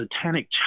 satanic